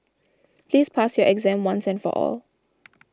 please pass your exam once and for all